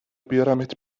بیارمت